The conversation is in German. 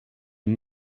den